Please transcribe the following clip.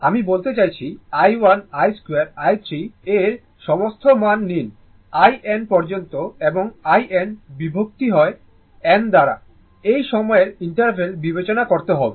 আমি বলতে চাইছি i1 I2 i3 এর সমস্ত মান নিন in পর্যন্ত এবং in বিভক্ত n পর্যন্ত এই সময়ের ইন্টারভ্যাল বিবেচনা করতে হবে